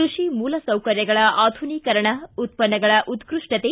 ಕೈಷಿ ಮೂಲಸೌಕರ್ಯಗಳ ಆಧುನೀಕರಣ ಉತ್ತನ್ನಗಳ ಉತ್ತಷ್ಟತೆ